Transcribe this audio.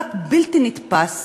כמעט בלתי נתפס